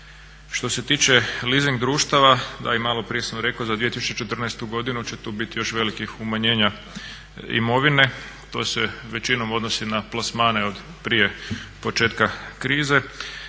Što se tiče leasing društava, da i maloprije sam rekao za 2014.godinu će tu biti još velikih umanjenja imovine, to se većinom odnosi na plasmane od prije početka krize.